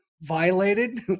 violated